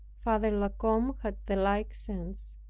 father la combe had the like sense.